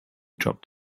dropped